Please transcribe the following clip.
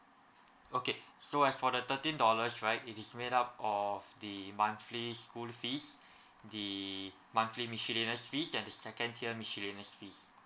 okay so as for the thirteen dollars right it is made up of the monthly school fees the monthly miscellaneous fees and the second tier miscellaneous fees